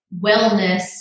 wellness